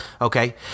okay